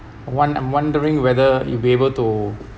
won~ I'm wondering whether you'll be able to